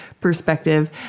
perspective